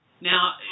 Now